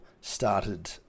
started